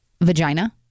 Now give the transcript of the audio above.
Vagina